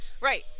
Right